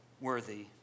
worthy